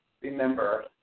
remember